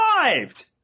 arrived